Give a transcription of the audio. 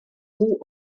pół